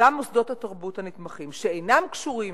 וגם מוסדות התרבות הנתמכים שאינם קשורים